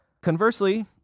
Conversely